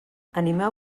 animeu